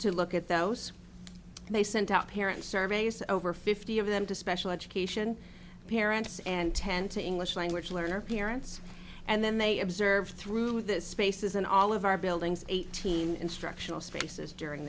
to look at those and they sent out parents surveys over fifty of them to special education parents and ten to english language learner parents and then they observed through the spaces in all of our buildings eighteen instructional spaces during